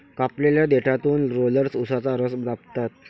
कापलेल्या देठातून रोलर्स उसाचा रस दाबतात